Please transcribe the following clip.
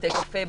בתי קפה,